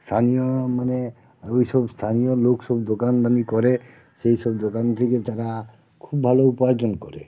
স্থানীয় মানে ওই সব স্থানীয় লোক শুধু দোকানদানি করে সেই সব দোকান থেকে তারা খুব ভালো উপার্জন করে